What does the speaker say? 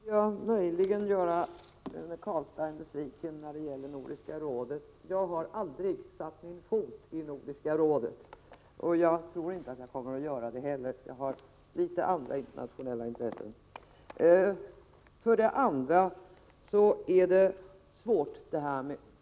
Herr talman! Först måste jag möjligen göra Rune Carlstein besviken när det gäller Nordiska rådet. Jag har aldrig satt min fot i Nordiska rådet. Jag tror inte att jag kommer att göra det heller; jag har litet andra internationella intressen. För det andra är pedagogik svårt.